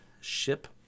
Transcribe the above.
ship